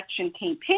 campaign